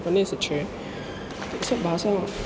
बचपनेसँ छै ईसब भाषामे